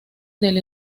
del